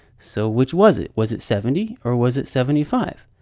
so which was it? was it seventy? or was it seventy five?